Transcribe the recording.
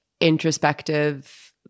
introspective